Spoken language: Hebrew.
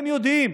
הם יודעים